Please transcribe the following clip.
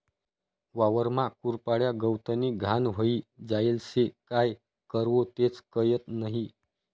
वावरमा कुरपाड्या, गवतनी घाण व्हयी जायेल शे, काय करवो तेच कयत नही?